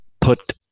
put